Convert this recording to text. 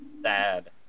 Sad